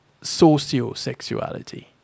sociosexuality